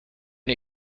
der